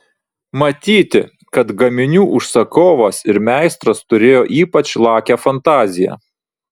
matyti kad gaminių užsakovas ir meistras turėjo ypač lakią fantaziją